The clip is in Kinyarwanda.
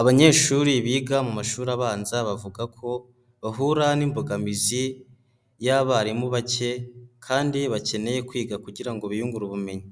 Abanyeshuri biga mu mashuri abanza bavuga ko bahura n'imbogamizi y'abarimu bake kandi bakeneye kwiga kugira ngo biyungure ubumenyi,